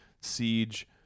siege